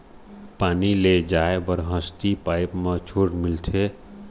पानी ले जाय बर हसती पाइप मा छूट मिलथे?